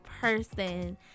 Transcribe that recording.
person